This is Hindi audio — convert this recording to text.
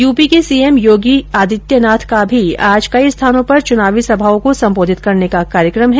यूपी के सीएम योगी आदित्यनाथ का भी आज कई स्थानों पर चुनावी सभाओं को संबोधित करने का कार्यक्रम है